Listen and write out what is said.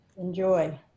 Enjoy